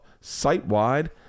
site-wide